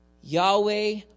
Yahweh